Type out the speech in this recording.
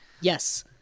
Yes